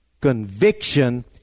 Conviction